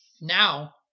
Now